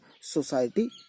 society